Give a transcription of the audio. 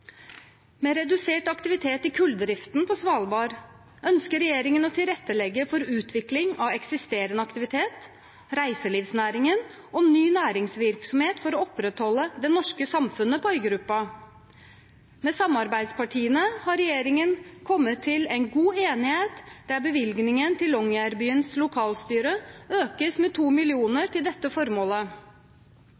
Med redusert aktivitet i kulldriften på Svalbard ønsker regjeringen å tilrettelegge for utvikling av eksisterende aktivitet, reiselivsnæringen og ny næringsvirksomhet for å opprettholde det norske samfunnet på øygruppa. Med samarbeidspartiene har regjeringen kommet til en god enighet, der bevilgningen til Longyearbyens lokalstyre økes med